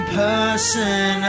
person